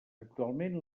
actualment